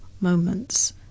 moments